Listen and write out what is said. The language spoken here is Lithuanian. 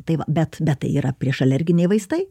tai va bet bet tai yra prieš alerginiai vaistai